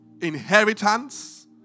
inheritance